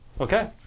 Okay